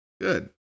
Good